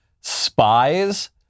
spies